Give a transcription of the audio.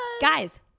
Guys